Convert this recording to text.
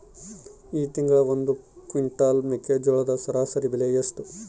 ಈ ತಿಂಗಳ ಒಂದು ಕ್ವಿಂಟಾಲ್ ಮೆಕ್ಕೆಜೋಳದ ಸರಾಸರಿ ಬೆಲೆ ಎಷ್ಟು?